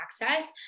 access